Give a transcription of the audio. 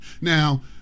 Now